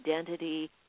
identity